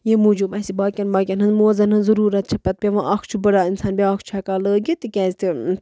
ییٚمہِ موٗجوٗب اَسہِ باقِین باقِین ہٕنز موزن ہٕنز ضوٚرتھ چھِ پتہٕ پٮ۪وان اَکھ چھُ بڑان اِںسان بیاکھ چھُ ہٮ۪کان لٲگِتھ تِکیٛازِ تہِ